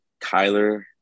Kyler